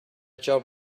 job